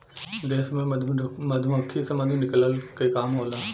देश में मधुमक्खी से मधु निकलला के काम होला